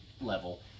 level